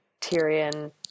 Tyrion